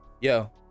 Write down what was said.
yo